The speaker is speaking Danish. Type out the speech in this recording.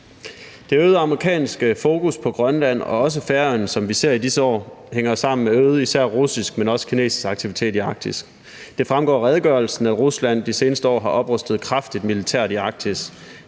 Det øgede amerikanske fokus på Grønland og også på Færøerne, som vi ser i disse år, hænger sammen med en øget – især russisk, men også kinesisk – aktivitet i Arktis. Det fremgår af redegørelsen, at Rusland de seneste år har oprustet kraftigt militært i Arktis,